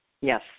Yes